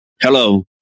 Hello